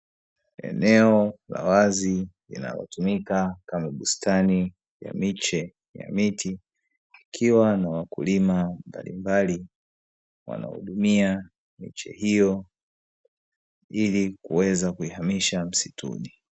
Eneo la wazi linalotumika kama bustani ya miche ya miti, ikiwa na wakulima mbalimbali, wanaohudumia miche hiyo, ili kuweza kuihamisha msituni.